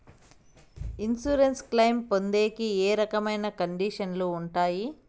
Insurance claim పొందేకి ఏ రకమైన కండిషన్లు ఉంటాయి?